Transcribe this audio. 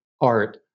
art